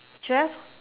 twelve